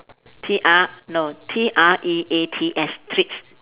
T R no T R E A T S treats